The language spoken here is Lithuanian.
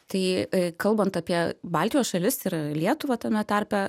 tai kalbant apie baltijos šalis ir lietuvą tame tarpe